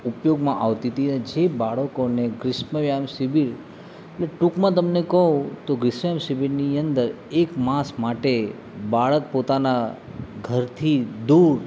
ઉપયોગમાં આવતી તી અને જે બાળકોને ગ્રીષ્મયામ શિબિર શિબિર ટૂંકમાં તમને કહું તો ગ્રીષ્મયામ શિબિરની અંદર એક માસ માટે બાળક પોતાના ઘરથી દૂર